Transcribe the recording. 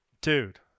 Dude